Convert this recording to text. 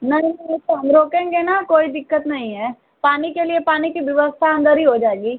नहीं नहीं तो हम रोकेंगे ना कोई दिक्कत नहीं है पानी के लिए पानी की व्यवस्था अंदर ही हो जाएगी